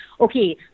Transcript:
Okay